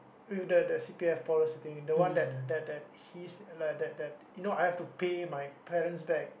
with the the C_P_F policy thingy the one that that that he that that that you know I have to pay my parents back